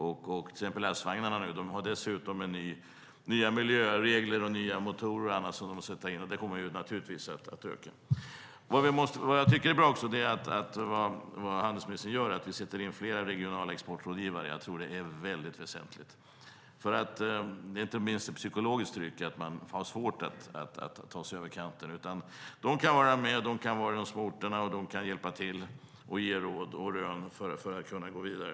Volvo Lastvagnar har dessutom nya miljöregler att följa och kommer att sätta in nya motorer, och det kommer naturligtvis att vända. Vad jag tycker är bra, handelsministern, är att vi tillsätter flera regionala exportrådgivare. Det tror jag är mycket väsentligt. Det är inte minst ett psykologiskt tryck och svårt att så att säga ta sig över kanten. Dessa rådgivare kan vara med på de små orterna, hjälpa till och ge råd och rön när det gäller att gå vidare.